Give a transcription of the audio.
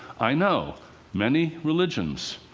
i know many religions